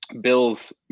Bills